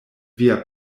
via